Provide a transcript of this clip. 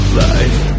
life